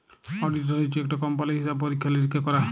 auditor হছে ইকট কম্পালির হিসাব পরিখ্খা লিরিখ্খা ক্যরে